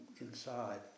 inside